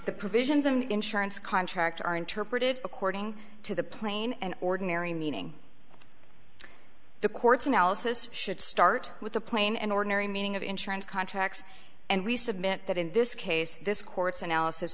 the provisions of an insurance contract are interpreted according to the plain and ordinary meaning the court's analysis should start with the plain and ordinary meaning of insurance contracts and we submit that in this case this court's analysis